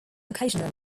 occasional